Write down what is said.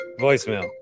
voicemail